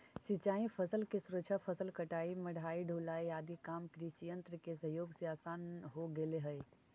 सिंचाई फसल के सुरक्षा, फसल कटाई, मढ़ाई, ढुलाई आदि काम कृषियन्त्र के सहयोग से आसान हो गेले हई